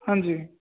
ਹਾਂਜੀ